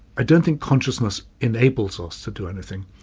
i don't think consciousness enables us to do anything,